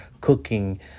cooking